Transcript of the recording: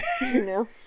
No